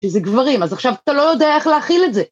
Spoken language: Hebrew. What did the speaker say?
‫איזה גברים, אז עכשיו אתה לא יודע ‫איך להכיל את זה.